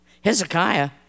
Hezekiah